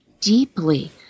deeply